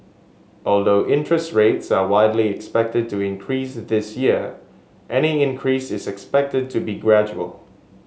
although interest rates are widely expected to increase this year any increases is expected to be gradual